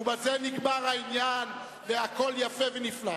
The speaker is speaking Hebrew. ובזה נגמר העניין והכול יפה ונפלא.